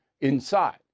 inside